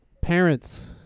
parents